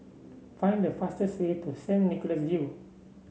find the fastest way to Saint Nicholas View